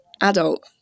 adult